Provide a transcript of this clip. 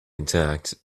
intact